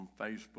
Facebook